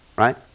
Right